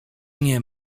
nie